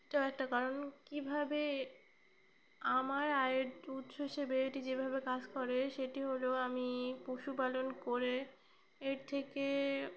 এটাও একটা কারণ কীভাবে আমার আয়ের উৎস হিসেবে এটি যেভাবে কাজ করে সেটি হলো আমি পশুপালন করে এর থেকে